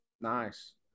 Nice